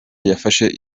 yafashe